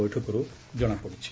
ବୈଠକରୁ ଜଣାପଡ଼ିଛି